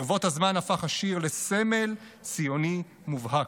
ברבות הזמן הפך השיר לסמל ציוני מובהק.